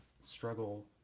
struggle